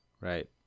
Right